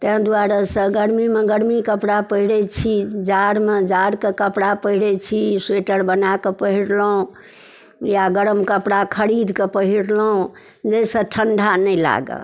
तैं दुआरे सँ गरमीमे गरमी कपड़ा पहिरै छी जाड़मे जाड़के कपड़ा पहिरै छी स्वेटर बनाकऽ पहिरलहुॅं या गरम कपड़ा खरीदके पहिरलहुॅं जाहिसँ ठंडा नहि लागऽ